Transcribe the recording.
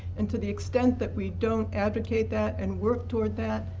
and to the extent that we don't advocate that and work toward that,